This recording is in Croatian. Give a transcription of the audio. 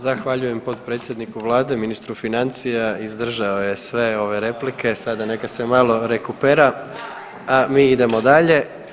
Zahvaljujem potpredsjedniku vlade, ministru financija, izdržao je sve ove replike, sada neka se malo rekupera, a mi idemo dalje.